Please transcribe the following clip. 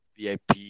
VIP